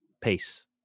Peace